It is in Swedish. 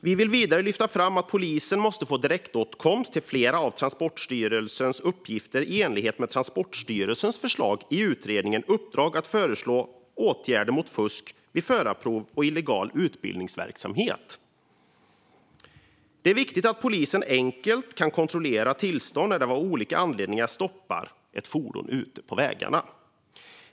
Vi vill vidare lyfta fram att polisen måste få direktåtkomst till fler av Transportstyrelsens uppgifter i enlighet med Transportstyrelsens förslag i utredningen Uppdrag att föreslå åtgärder mot fusk vid förarprov och il le gal utbildningsverksamhet . Det är viktigt att polisen enkelt kan kontrollera tillstånd när de av olika anledningar stoppar ett fordon ute på vägarna.